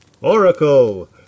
Oracle